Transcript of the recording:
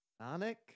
Sonic